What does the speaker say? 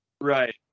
Right